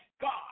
God